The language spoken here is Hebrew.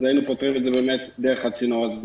אז היינו פותרים את זה באמת דרך הצינור הזה,